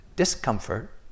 Discomfort